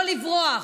לא לברוח.